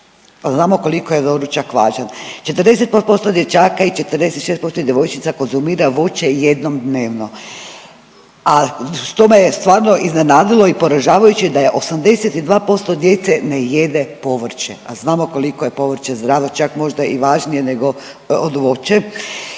znamo koliko je doručak važan. 40% dječaka i 46% djevojčica konzumira voće jednom dnevno, a to me je stvarno iznenadilo i poražavajuće je da 82% djece ne jedne povrće, a znamo koliko je povrće zdravo čak možda važnije od voće.